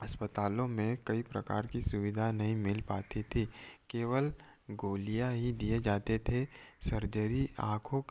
अस्पतालों में कई प्रकार की सुविधा नहीं मिल पाती थी केवल गोलियाँ ही दिए जाते थे सर्जरी आँखों